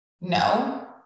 no